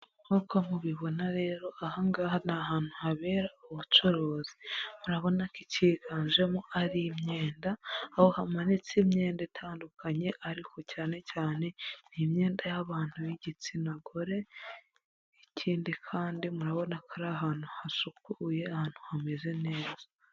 Nk'uko mubibona rero ahangaha ni ahantu habera ubucuruzi murabona ko icyiganjemo ari imyenda, aho hamanitse imyenda itandukanye ariko cyane cyane ni imyenda y'abantu b'igitsina gore, ikindi kandi murabona ko ari ahantu hasukuye ahantu hameze neza.